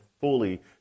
fully